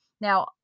Now